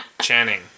Channing